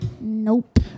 Nope